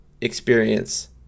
experience